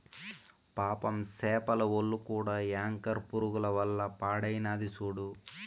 పాపం సేపల ఒల్లు కూడా యాంకర్ పురుగుల వల్ల పాడైనాది సూడు